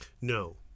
No